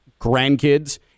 grandkids